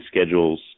schedules